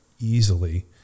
easily